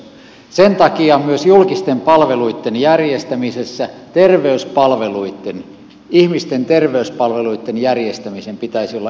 sen takia myös julkisten palveluitten järjestämisessä ihmisten terveyspalveluitten järjestämisen pitäisi olla etusijalla